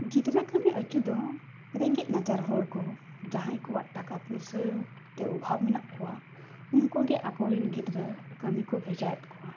ᱜᱤᱫᱽᱨᱟᱹ ᱠᱟᱹᱢᱤ ᱟᱹᱪᱩ ᱫᱚ ᱨᱮᱸᱜᱮᱡ ᱱᱟᱪᱟᱨ ᱦᱚᱲ ᱠᱚ ᱡᱟᱦᱟᱸᱭ ᱠᱚᱣᱟᱜ ᱴᱟᱠᱟ ᱯᱚᱭᱥᱟ ᱛᱮ ᱚᱵᱷᱟᱵᱽ ᱢᱮᱱᱟᱜ ᱠᱚᱣᱟ ᱩᱱᱠᱩ ᱜᱮ ᱟᱠᱚᱨᱮᱱ ᱜᱤᱫᱽᱨᱟᱹ ᱠᱟᱹᱢᱤ ᱠᱚ ᱵᱷᱮᱡᱟᱭᱮᱫᱟ